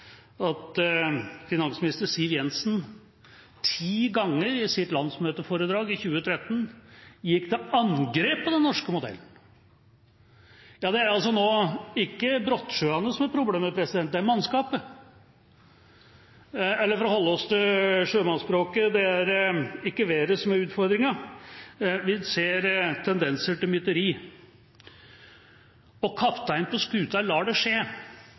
at finansminister Siv Jensen ti ganger i sitt landsmøteforedrag i 2013 gikk til angrep på den norske modellen. Det er altså nå ikke brottsjøene som er problemet; det er mannskapet – eller for å holde seg til sjømannsspråket: Det er ikke været som er utfordringen, vi ser tendenser til mytteri, og kapteinen på skuta lar det skje